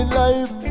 life